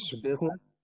business